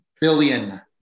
Billion